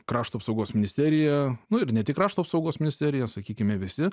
krašto apsaugos ministerija nu ir ne tik krašto apsaugos ministerija sakykime visi